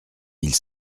mille